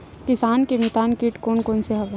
किसान के मितान कीट कोन कोन से हवय?